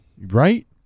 Right